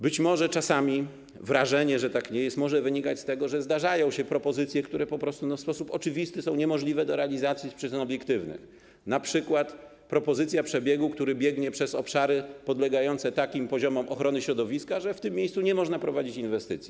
Być może czasami wrażenie, że tak nie jest, może wynikać z tego, że zdarzają się propozycje, które po prostu w sposób oczywisty są niemożliwe do realizacji z przyczyn obiektywnych, np. propozycja przebiegu, który prowadzi przez obszary podlegające takim poziomom ochrony środowiska, że w tym miejscu nie można prowadzić inwestycji.